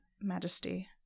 Majesty